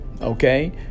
Okay